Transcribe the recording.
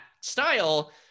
style